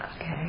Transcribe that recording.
Okay